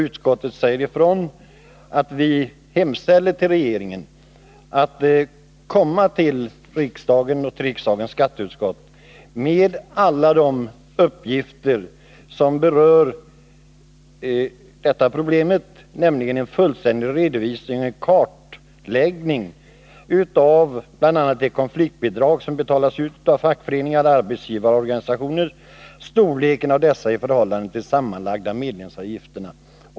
Utskottet säger ifrån att regeringen bör komma till riksdagens skatteutskott med alla de uppgifter som berör detta problem och lämna en fullständig redovisning och kartläggning av bl.a. de konfliktbidrag som betalas ut av fackföreningar och arbetsgivarorganisationer och storleken av dessa i förhållande till de sammanlagda medlemsavgifterna.